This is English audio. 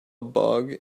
bug